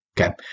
Okay